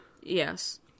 Yes